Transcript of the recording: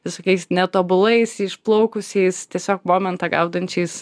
visokiais netobulais išplaukusiais tiesiog momentą gaudančiais